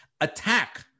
attack